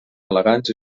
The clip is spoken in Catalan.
elegants